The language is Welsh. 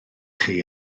chi